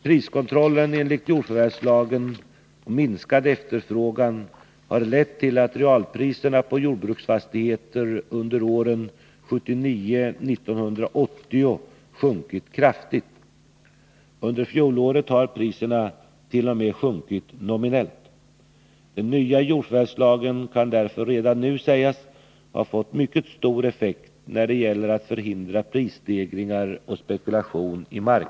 Priskontrollen enligt jordförvärvslagen och minskad efterfrågan har lett till att realpriserna på jordbruksfastigheter under åren 1979 och 1980 sjunkit kraftigt. Under fjolåret har priserna t.o.m. sjunkit nominellt. Den nya jordförvärvslagen kan därför redan nu sägas ha fått mycket stor effekt när det gäller att förhindra prisstegringar och spekulation i mark.